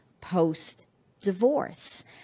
post-divorce